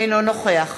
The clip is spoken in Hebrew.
אינו נוכח